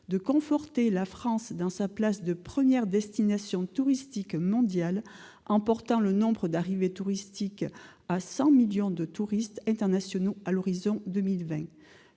de conforter la France dans sa place de première destination touristique mondiale, en portant le nombre d'arrivées touristiques à 100 millions de touristes internationaux à l'horizon de 2020.